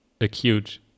acute